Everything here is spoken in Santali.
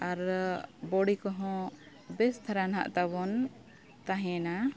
ᱟᱨ ᱵᱚᱰᱤ ᱠᱚᱦᱚᱸ ᱵᱮᱥ ᱫᱷᱟᱨᱟ ᱱᱟᱜ ᱛᱟᱵᱚᱱ ᱛᱟᱦᱮᱱᱟ